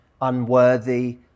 unworthy